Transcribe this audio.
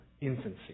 infancy